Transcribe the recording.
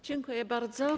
Dziękuję bardzo.